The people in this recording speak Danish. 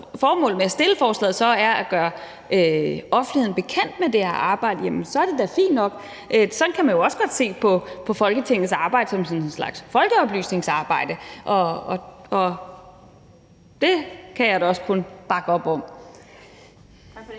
formålet med at fremsætte forslaget så er at gøre offentligheden bekendt med det her arbejde, er det da fint nok. Sådan kan man jo også godt se på Folketingets arbejde, nemlig som sådan en slags folkeoplysningsarbejde. Og det kan jeg da også kun bakke op om.